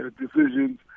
decisions